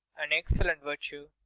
an excellent virtue.